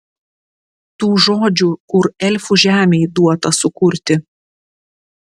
tų žodžių kur elfų žemei duota sukurti